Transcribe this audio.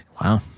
wow